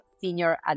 senior